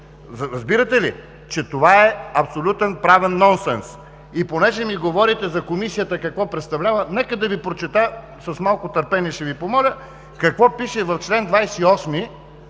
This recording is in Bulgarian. Разбирате ли, че това е абсолютен правен нон сенс? И понеже ми говорите за Комисията какво представлява, нека да Ви прочета, за малко търпение ще Ви помоля, какво пише в чл. 28